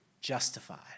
justified